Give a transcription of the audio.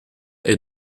est